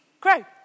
grow